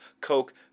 coke